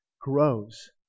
grows